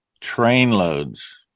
trainloads